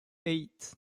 eight